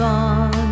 on